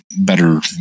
better